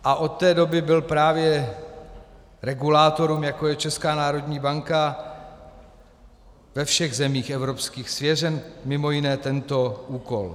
A od té doby byl právě regulátorům, jako je Česká národní banka, ve všech evropských zemích svěřen mimo jiné tento úkol.